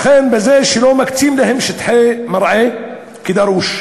לכן, בזה שלא מקצים להם שטחי מרעה כדרוש,